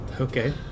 Okay